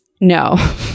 no